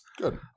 Good